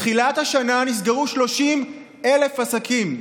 מתחילת השנה נסגרו 30,000 עסקים.